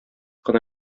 кына